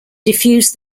diffuse